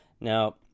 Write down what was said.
now